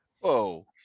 whoa